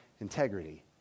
integrity